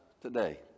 today